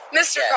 Mr